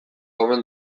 omen